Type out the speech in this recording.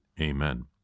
Amen